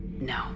No